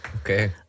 Okay